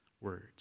words